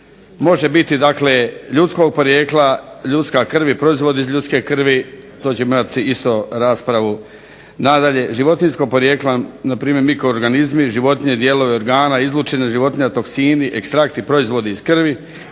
može biti ljudskog porijekla, ljudska krv i proizvod iz ljudske krvi, to ćemo imati isto raspravu nadalje, životinjskog porijekla, mikroorganizmi, životinje, dijelovi organa, izlučevine životinja, toksini, ekstrakti, proizvodi iz krvi,